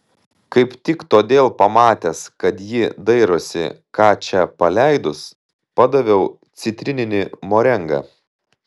kaip tik todėl pamatęs kad ji dairosi ką čia paleidus padaviau citrininį morengą